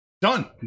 Done